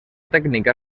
tècnica